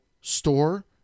Store